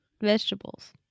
vegetables